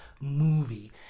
movie